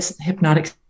hypnotic